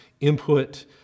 input